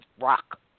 rock